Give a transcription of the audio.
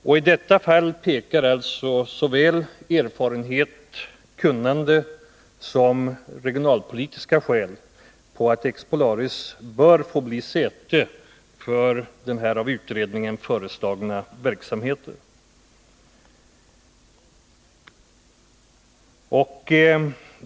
I detta fall pekar såväl Expolaris erfarenhet och kunnande som regionalpolitiska skäl på att Expolaris bör få bli säte för den av utredningen föreslagna verksamheten.